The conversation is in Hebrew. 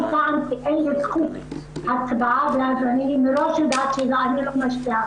אף פעם אין לי זכות הצבעה ואז אני יודעת מראש שאני לא משפיעה,